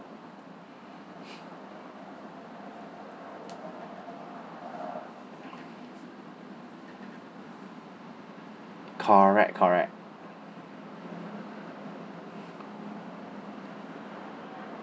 correct correct